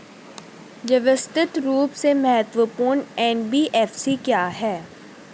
व्यवस्थित रूप से महत्वपूर्ण एन.बी.एफ.सी क्या हैं?